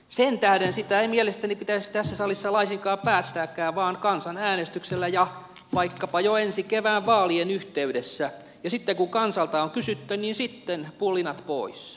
sen tähden sitä ei mielestäni pitäisi tässä salissa laisinkaan päättää vaan kansanäänestyksellä ja vaikkapa jo ensi kevään vaalien yhteydessä ja kun kansalta on kysytty niin sitten pulinat pois